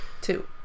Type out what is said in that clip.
Two